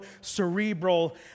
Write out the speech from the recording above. cerebral